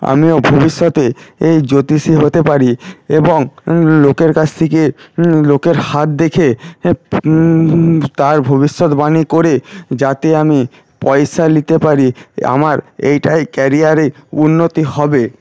আমিও ভবিষ্যতে এই জ্যোতিষী হতে পারি এবং লোকের কাছ থেকে লোকের হাত দেখে তার ভবিষ্যতবাণী করে যাতে আমি পয়সা নিতে পারি আমার এইটাই ক্যারিয়ারে উন্নতি হবে